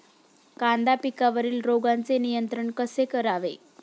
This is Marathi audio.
कांदा पिकावरील रोगांचे नियंत्रण कसे करावे?